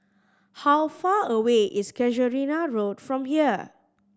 how far away is Casuarina Road from here